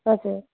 हजुर